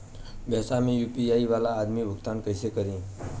व्यवसाय में यू.पी.आई वाला आदमी भुगतान कइसे करीं?